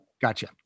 Gotcha